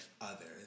others